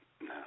No